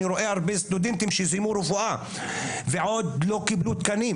אני רואה הרבה סטודנטים שסיימו רפואה ועוד לא קיבלו תקנים,